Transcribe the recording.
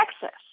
Texas